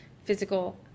physical